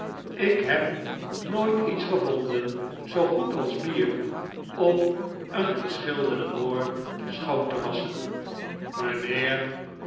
ik heb nooit iets gevonden zoo goed als bier om een geschilderden moor schoon te wasschen